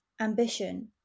ambition